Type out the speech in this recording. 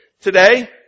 today